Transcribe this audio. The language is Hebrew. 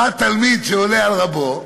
בא תלמיד שעולה על רבו,